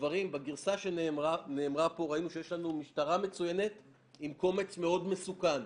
בגרסה שנאמרה פה ראינו שיש לנו משטרה מצוינת עם קומץ מאוד מסוכן.